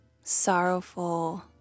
sorrowful